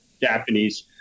Japanese